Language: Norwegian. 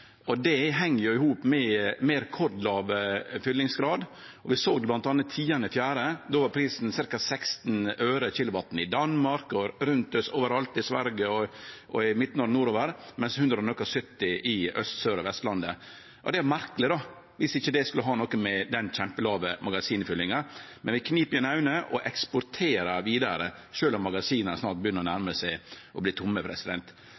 Det heng i hop med rekordlav fyllingsgrad. Vi såg det bl.a. den 10. april. Då var prisen 16 øre/kWh i Danmark, over alt i Sverige og i Midt-Noreg og nordover, medan han var vel 170 øre/kWh på Aust-, Sør- og Vestlandet. Det er jo noko merkeleg om ikkje det skulle ha noko med den kjempelåge magasinfyllinga å gjere, men ein knip igjen augo og eksporterer vidare sjølv om magasina nærmar seg å vere tomme.